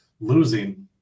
losing